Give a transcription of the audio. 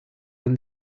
when